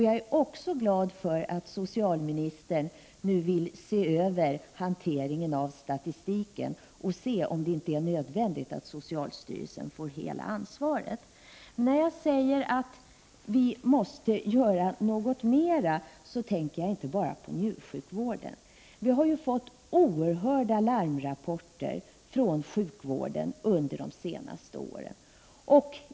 Jag är också glad för att socialministern nu vill se över hanteringen av statistiken för att se om det inte är nödvändigt att socialstyrelsen får hela ansvaret för den. När jag säger att vi måste göra något mera tänker jag inte bara på njursjukvården. Vi har ju fått oerhörda larmrapporter från sjukvården under de senaste åren.